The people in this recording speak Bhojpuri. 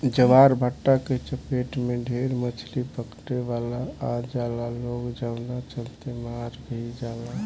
ज्वारभाटा के चपेट में ढेरे मछली पकड़े वाला आ जाला लोग जवना चलते मार भी जाले